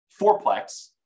fourplex